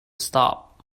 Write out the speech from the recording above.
stop